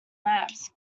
maps